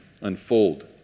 unfold